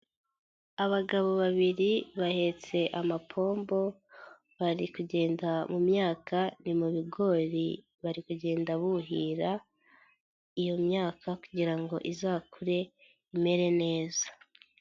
Abagabo babiri bahetse amapombo bari kugenda mu myaka, ni mu bigori bari kugenda buhira iyo myaka kugira ngo izakure imere neza.